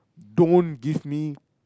don't give me